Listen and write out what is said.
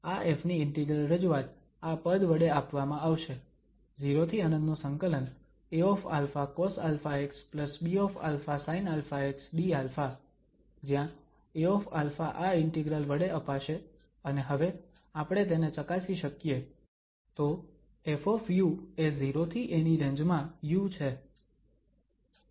માટે આ ƒ ની ઇન્ટિગ્રલ રજૂઆત આ પદ વડે આપવામાં આવશે 0∫∞ AαcosαxBαsinαxdα જ્યાં Aα આ ઇન્ટિગ્રલ વડે અપાશે અને હવે આપણે તેને ચકાસી શકીએ તો ƒ એ 0 થી a ની રેન્જ માં u છે